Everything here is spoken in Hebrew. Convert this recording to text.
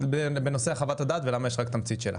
בנושא חוות הדעת, ולמה יש רק תמצית שלה.